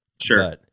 Sure